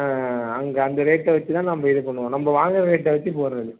ஆ அங்கே அந்த ரேட்டை வச்சுதான் நம்ப இது பண்ணுவோம் நம்ப வாங்குகிற ரேட்டை வச்சு போடுறது